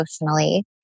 emotionally